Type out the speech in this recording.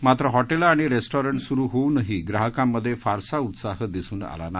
मात्र हॉटेलं आणि रेस्टॉरंट सुरु होऊनही ग्राहकांमधे फारसा उत्साह दिसून आला नाही